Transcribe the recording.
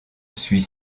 suit